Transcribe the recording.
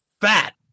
fat